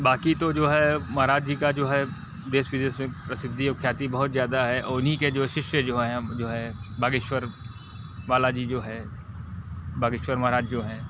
बाकी तो जो है महाराज जी का जो है देश विदेश में प्रसिद्धि और ख्याति बहुत ज़्यादा है और उन्हीं के जो शिष्य जो हैं जो है बागेश्वर बालाजी जो हैं बागेश्वर महाराज जो हैं